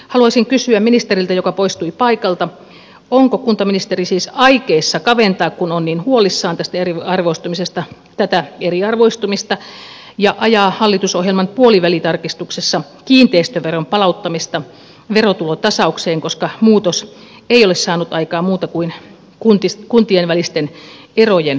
haluaisin kysyä ministeriltä joka poistui paikalta onko kuntaministeri aikeissa kaventaa kun on niin huolissaan tästä eriarvoistumisesta ja ajaa hallitusohjelman puolivälitarkistuksessa kiinteistöveron palauttamista verotulotasaukseen koska muutos ei ole saanut aikaan muuta kuin kuntien välisten erojen kasvua